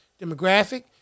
demographic